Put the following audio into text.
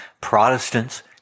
Protestants